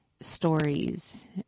stories